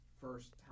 first